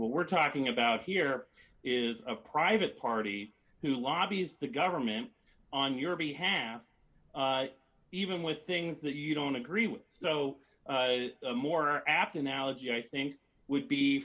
we're talking about here is a private party who lobbies the government on your behalf even with things that you don't agree with so more apt analogy i think would be